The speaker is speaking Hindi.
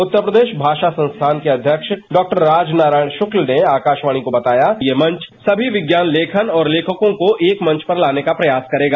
उत्तर प्रदेश भाषा संस्थान के अध्यक्ष डांक्टर राज नारायण शुक्ल ने आकाशवाणी को बताया कि यह मंच सभी विज्ञान लेखन और लेखकों को एक मंच पर लाने का प्रयास करेगा